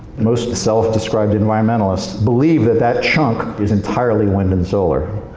most self-described environmentalists believe that that chunk is entirely wind and solar.